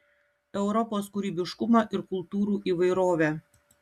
europos kūrybiškumą ir kultūrų įvairovę